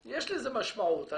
- יש לזה משמעות.